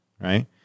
right